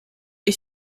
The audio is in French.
est